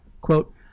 Quote